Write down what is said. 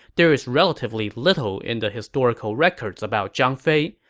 there is relatively little in the historical records about zhang fei,